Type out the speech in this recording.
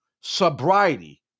sobriety